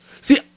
See